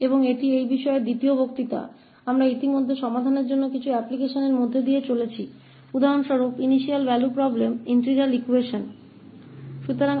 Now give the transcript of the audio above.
और यह इस विषय पर दूसरा व्याख्यान है हम पहले ही हल करने के लिए कुछ अनुप्रयोगों के माध्यम से जा चुके हैं उदाहरण के लिए प्रारंभिक मूल्य समस्या इंटीग्रल समीकरण